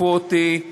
כפו אותי,